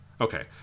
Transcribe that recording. Okay